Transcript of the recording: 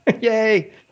Yay